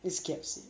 is K_F_C